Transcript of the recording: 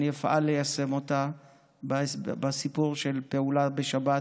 אני אפעל ליישם אותה בסיפור של פעולה בשבת